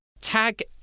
Tag